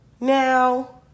now